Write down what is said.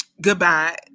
goodbye